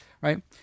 right